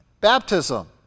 baptism